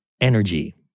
energy